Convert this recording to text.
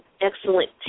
excellent